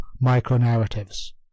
micro-narratives